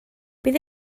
bydd